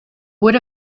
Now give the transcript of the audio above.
would